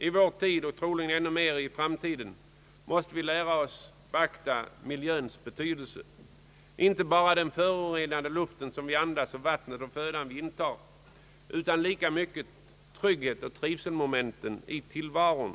I vår tid och troligen ännu mer i framtiden måste vi lära oss beakta miljöns betydelse — inte bara den förorenade luften som vi andas och vattnet och födan som vi intar utan lika mycket tryggheten och trivselmomenten i tillvaron.